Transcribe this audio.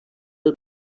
pel